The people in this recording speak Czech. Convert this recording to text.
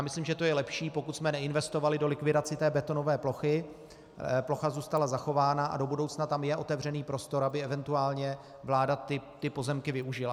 Myslím, že je lepší, že jsme neinvestovali do likvidace té betonové plochy, plocha tam zůstala zachována a do budoucna tam je otevřený prostor, aby eventuálně vláda ty pozemky využila.